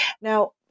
Now